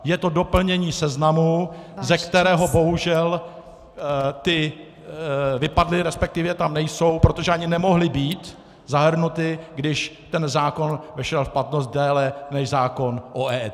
Je to doplnění seznamu, ze kterého bohužel vypadly , respektive tam nejsou, protože ani nemohly být zahrnuty, když ten zákon vešel v platnost déle než zákon o EET.